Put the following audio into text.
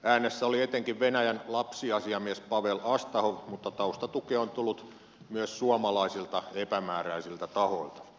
äänessä oli etenkin venäjän lapsiasiamies pavel astahov mutta taustatukea on tullut myös suomalaisilta epämääräisiltä tahoilta